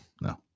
no